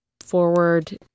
forward